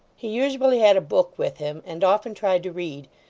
he usually had a book with him, and often tried to read,